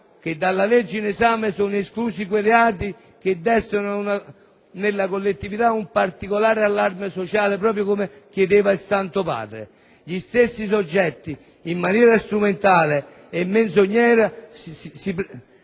che dalla legge in esame sono esclusi quei reati che destano nella collettività un particolare allarme sociale, proprio come chiedeva il Santo Padre. Gli stessi soggetti, in maniera strumentale e menzognera, si premurano